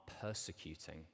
persecuting